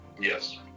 yes